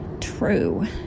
true